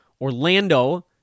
Orlando